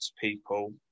people